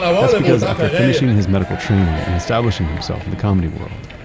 that's because after finishing his medical training and establishing himself in the comedy world,